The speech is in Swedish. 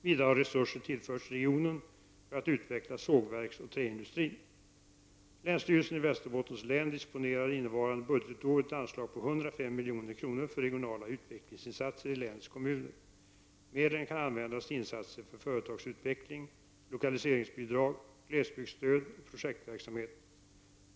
Vidare har resurser tillförts regionen för att utveckla sågverksoch träindustrin. Länsstyrelsen i Västerbottens län disponerar innevarande budgetår ett anslag om 105 milj.kr. för regionala utvecklingsinsatser i länets kommuner. Medlen kan användas till insatser för företagsutveckling, lokaliseringsbidrag, glesbygdsstöd och projektverksamhet.